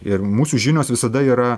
ir mūsų žinios visada yra